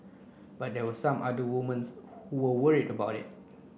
but there were some other women's who were worried about it